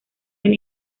del